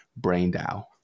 Braindow